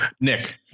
Nick